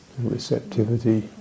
receptivity